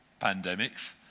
pandemics